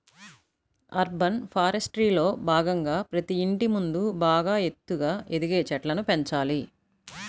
urban ఫారెస్ట్రీలో భాగంగా ప్రతి ఇంటి ముందు బాగా ఎత్తుగా ఎదిగే చెట్లను పెంచాలి